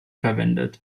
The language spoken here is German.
verwendet